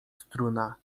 struna